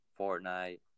Fortnite